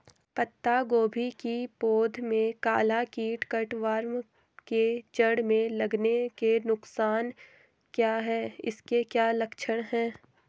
पत्ता गोभी की पौध में काला कीट कट वार्म के जड़ में लगने के नुकसान क्या हैं इसके क्या लक्षण हैं?